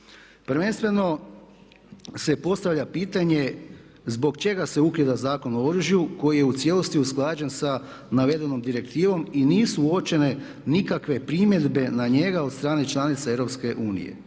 Prvenstveno se postavlja pitanje zbog čega se ukida Zakon o oružju koji je u cijelosti usklađen sa navedenom direktivom i nisu uočene nikakve primjedbe na njega od strane članica EU.